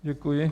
Děkuji.